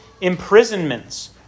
imprisonments